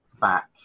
back